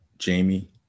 Jamie